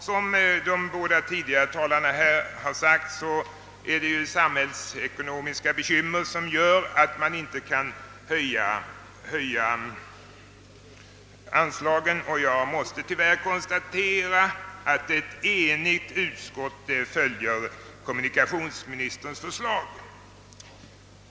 Som de båda tidigare talarna sagt är det samhällsekonomiska bekymmer som gör att man inte kan höja anslagen, och jag måste tyvärr konstatera, att ett enigt utskott biträder kommunikationsministerns förslag.